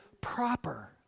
proper